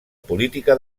política